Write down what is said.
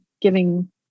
giving